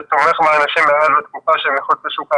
זה תומך באנשים הללו בתקופה שהם מחוץ לשוק העבודה,